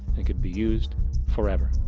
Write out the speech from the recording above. it could be used forever.